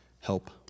help